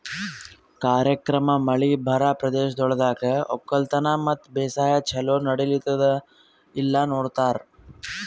ಕಾರ್ಯಕ್ರಮ ಮಳಿ ಬರಾ ಪ್ರದೇಶಗೊಳ್ದಾಗ್ ಒಕ್ಕಲತನ ಮತ್ತ ಬೇಸಾಯ ಛಲೋ ನಡಿಲ್ಲುತ್ತುದ ಇಲ್ಲಾ ನೋಡ್ತಾರ್